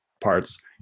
parts